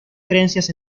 creencias